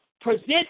present